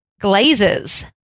glazes